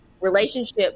relationship